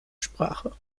sprache